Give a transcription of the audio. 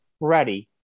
ready